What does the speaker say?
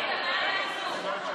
איסור על תעמולה גזענית),